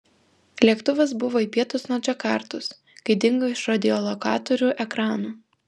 lėktuvas buvo į pietus nuo džakartos kai dingo iš radiolokatorių ekranų